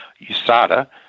USADA